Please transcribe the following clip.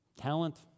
talent